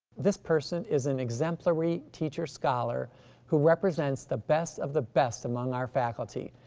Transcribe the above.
this person is an exemplary teacher-scholar who represents the best of the best among our faculty.